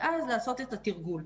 ואז לעשות את התרגול,